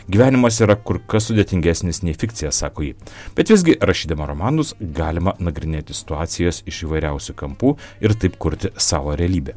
gyvenimas yra kur kas sudėtingesnis nei fikcija sako ji bet visgi rašydama romanus galima nagrinėti situacijas iš įvairiausių kampų ir taip kurti savo realybę